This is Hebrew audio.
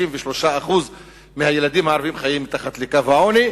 63% מהילדים הערבים חיים מתחת לקו העוני.